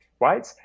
right